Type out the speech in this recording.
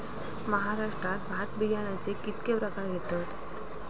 महाराष्ट्रात भात बियाण्याचे कीतके प्रकार घेतत?